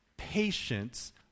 Patience